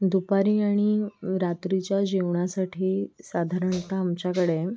दुपारी आणि रात्रीच्या जेवणासाठी साधारणतः आमच्याकडे